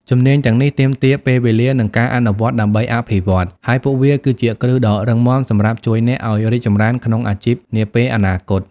ជំនាញទាំងនេះទាមទារពេលវេលា និងការអនុវត្តដើម្បីអភិវឌ្ឍ ហើយពួកវាគឺជាគ្រឹះដ៏រឹងមាំសម្រាប់ជួយអ្នកឲ្យរីកចម្រើនក្នុងអាជីពនាពេលអនាគត។